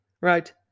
Right